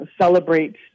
celebrate